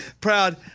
proud